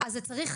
אז זה צריך,